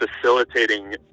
facilitating